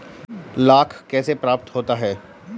लाख कैसे प्राप्त होता है?